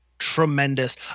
Tremendous